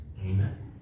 Amen